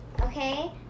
Okay